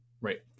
Right